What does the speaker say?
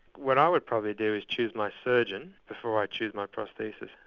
what i would probably do is choose my surgeon before i choose my prosthesis,